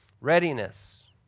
readiness